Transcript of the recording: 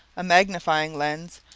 a magnifying lens,